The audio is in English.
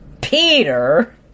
Peter